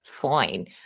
fine